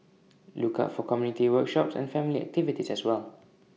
look out for community workshops and family activities as well